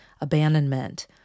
abandonment